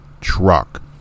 truck